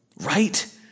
Right